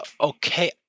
Okay